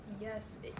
Yes